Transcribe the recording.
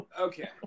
Okay